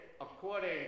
according